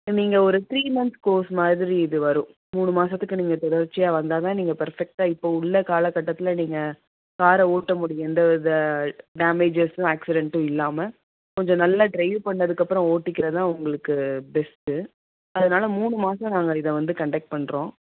நீங்கள் ஒரு three months course மாதிரி இது வரும் மூணு மாதத்துக்கு நீங்கள் தொடர்ச்சியாக வந்தால் தான் நீங்கள் பர்ஃபெக்ட்டாக இப்போ உள்ள காலகட்டத்தில் நீங்கள் காரை ஓட்ட முடியும் எந்த வித டேமேஜஸும் ஆக்சிடென்ட்டும் இல்லாமல் கொஞ்சம் நல்ல ட்ரைவ் பண்ணதுக்கு அப்புறம் ஓட்டிக்கிறது தான் உங்களுக்கு பெஸ்ட்டு அதனால் மூணு மாதம் நாங்கள் இதை வந்து கன்டெக்ட் பண்ணுறோம்